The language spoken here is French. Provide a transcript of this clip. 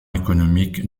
économique